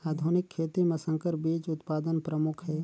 आधुनिक खेती म संकर बीज उत्पादन प्रमुख हे